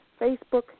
Facebook